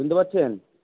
শুনতে পাচ্ছেন